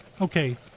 Okay